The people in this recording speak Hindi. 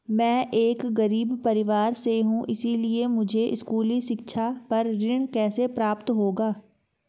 मैं एक गरीब परिवार से हूं इसलिए मुझे स्कूली शिक्षा पर ऋण कैसे प्राप्त होगा?